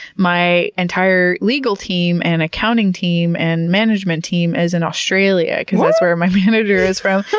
my entire legal team, and accounting team, and management team, is in australia because that's where my manager is from,